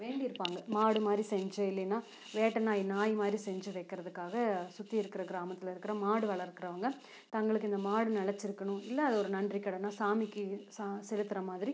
வேண்டியிருப்பாங்க மாடு மாடு மாதிரி செஞ்சு இல்லைன்னா வேட்டை நாய் நாய் மாதிரி செஞ்சு வைக்கிறதுக்காக சுற்றி இருக்கின்ற கிராமத்தில் இருக்கிற மாடு வளர்க்குறவங்க எங்களுக்கு இந்த மாடு நிலச்சிருக்கணும் இல்லை அது ஒரு நன்றிக்கடனா சாமிக்கு சா செலுத்துகிற மாதிரி